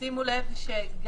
שימו לב שגם